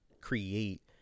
create